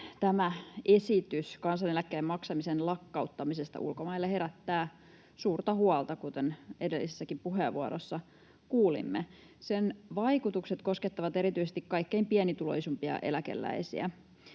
Tämä esitys kansaneläkkeen maksamisen lakkauttamisesta ulkomaille herättää suurta huolta, kuten edellisessäkin puheenvuorossa kuulimme. Sen vaikutukset koskettavat erityisesti kaikkein pienituloisimpia eläkeläisiä.